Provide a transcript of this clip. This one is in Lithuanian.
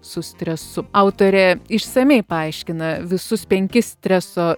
su stresu autorė išsamiai paaiškina visus penkis streso